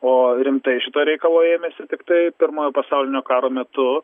o rimtai šito reikalo ėmėsi tiktai pirmojo pasaulinio karo metu